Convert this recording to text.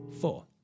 four